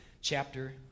chapter